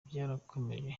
byarakomeje